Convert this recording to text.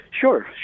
Sure